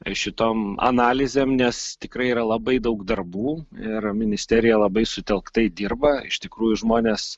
šitom analizėm nes tikrai yra labai daug darbų ir ministerija labai sutelktai dirba iš tikrųjų žmonės